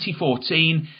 2014